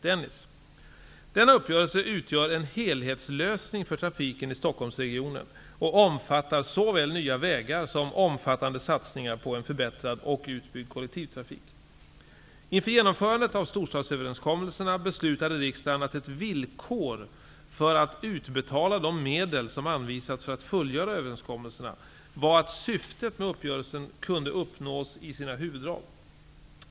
Denna uppgörelse utgör en helhetslösning för trafiken i Stockholmsregionen och omfattar såväl nya vägar som omfattande satsningar på en förbättrad och utbyggd kollektivtrafik. Inför genomförandet av storstadsöverenskommelserna beslutade riksdagen att ett villkor för att utbetala de medel som anvisats för att fullfölja överenskommelserna var att syftet med uppgörelserna kunde uppnås i sina huvuddrag.